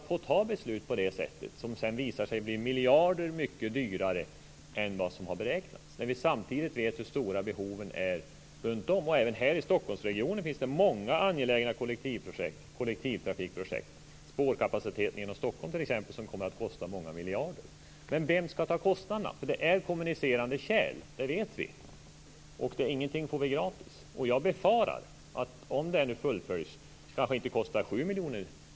Projekt visar sig bli miljarder kronor dyrare än vad som har beräknats. Vi kan inte ta beslut på det sättet när vi vet hur stora behoven är runtomkring. Även här i Stockholmsregionen finns det många angelägna kollektivtrafikprojekt. Förbättringen av spårkapaciteten inom Stockholm, t.ex., kommer att kosta många miljarder. Vem skall ta kostnaderna? Det är kommunicerande kärl. Det vet vi. Ingenting får vi gratis. Jag befarar att projektet, om det nu fullföljs, inte kostar 7 miljarder.